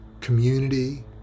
community